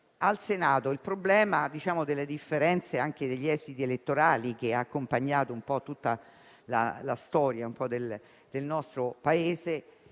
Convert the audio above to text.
al Senato il problema delle differenze degli esiti elettorali, che ha accompagnato un po' tutta la storia del nostro Paese,